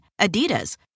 Adidas